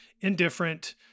indifferent